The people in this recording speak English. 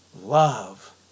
love